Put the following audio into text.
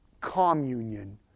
communion